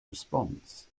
response